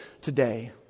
today